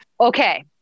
Okay